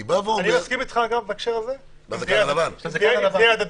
אני מסכים איתך בהקשר הזה, אבל שזה יהיה הדדי.